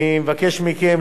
אני מבקש מכם,